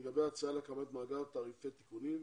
לגבי ההצעה להקמת מאגר תעריפי תיקונים,